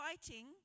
fighting